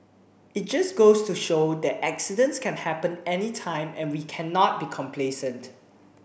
it just goes to show that accidents can happen anytime and we cannot become complacent